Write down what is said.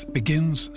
begins